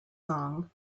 song